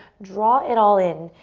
draw it all in.